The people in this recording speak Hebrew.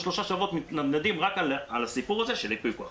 ושלושה שבועות אנחנו מתנדנדים רק על הסיפור הזה של יפוי כח.